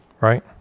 Right